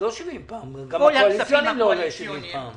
כל הכספים הקואליציוניים